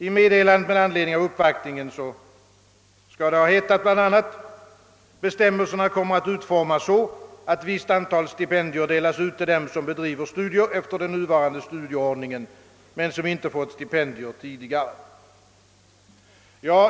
I meddelandet med anledning av uppvaktningen skall det bl.a. ha hetat: Bestämmelserna kommer att utformas så att ett visst antal stipendier delas ut till dem som bedriver studier enligt den nuvarande studieordningen men som inte fått stipendier tidigare.